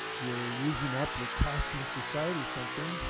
you are using up, you are costing society something,